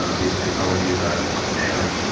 um these technologies are are failing.